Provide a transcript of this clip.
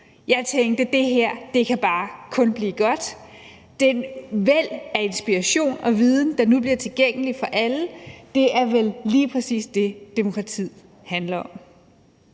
Jeg tænkte: Det her kan bare kun blive godt; det væld af inspiration og viden, der nu bliver tilgængeligt for alle, er vel lige præcis det, demokratiet handler om.